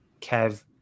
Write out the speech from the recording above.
Kev